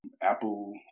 Apple